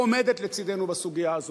עומדת לצדנו בסוגיה הזאת.